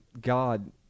God